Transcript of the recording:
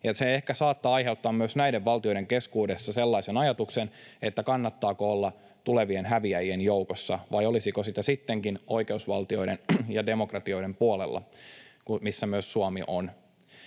Ja se saattaa ehkä aiheuttaa myös näiden valtioiden keskuudessa sellaisen ajatuksen, että kannattaako olla tulevien häviäjien joukossa vai olisiko sitä sittenkin oikeusvaltioiden ja demokratioiden puolella, missä myös Suomi on.